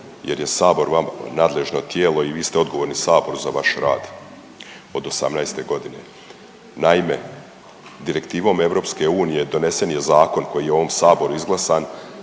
jer je sabor vama nadležno tijelo i vi ste odgovorni saboru za vaš rad od 18 godine. Naime, direktivom EU donesen je zakon koji je u ovom saboru izglasan